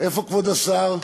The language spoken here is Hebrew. איפה כבוד השר?